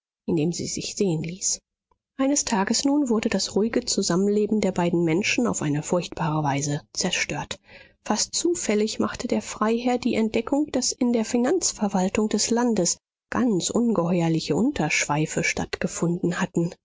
in dem sie sich sehen ließ eines tages nun wurde das ruhige zusammenleben der beiden menschen auf eine furchtbare weise zerstört fast zufällig machte der freiherr die entdeckung daß in der finanzverwaltung des landes ganz ungeheuerliche unterschleife stattgefunden hatten